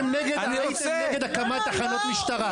אתם נגד הקמת תחנות משטרה,